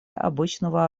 обычного